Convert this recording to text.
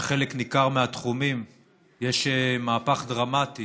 בחלק ניכר מהתחומים יש מהפך דרמטי